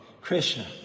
Krishna